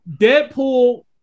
Deadpool